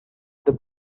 then